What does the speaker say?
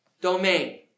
domain